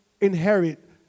inherit